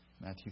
Matthew